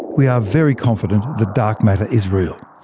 we are very confident that dark matter is real.